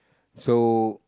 so